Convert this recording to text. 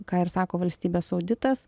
ką ir sako valstybės auditas